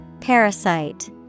Parasite